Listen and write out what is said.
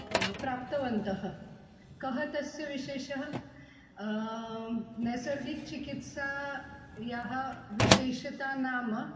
प्राप्तवन्तः कः तस्य विशेषः नैसर्गिकचिकित्सायाः विशेषता नाम